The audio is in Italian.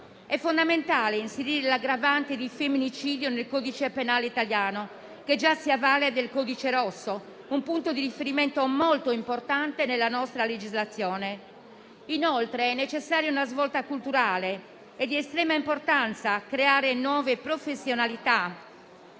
È fondamentale inserire l'aggravante di femminicidio nel codice penale italiano, che già si avvale del codice rosso, un punto di riferimento molto importante nella nostra legislazione. Inoltre, è necessaria una svolta culturale: è di estrema importanza creare nuove professionalità,